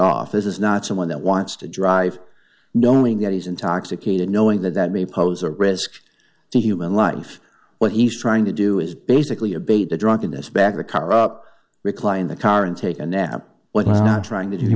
off is not someone that wants to drive knowing that he's intoxicated knowing that that may pose a risk to human life what he's trying to do is basically a bait the drunkenness back a car up recline the car and take a nap what not trying t